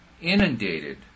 inundated